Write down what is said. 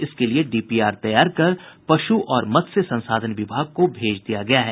इसके लिए डीपीआर तैयार कर पशु और मत्स्य संसाधन विभाग को भेज दिया गया है